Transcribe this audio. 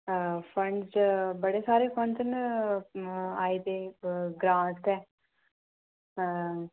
funds हां बड़े सारे फंडस न आए दे ग्रां आस्तै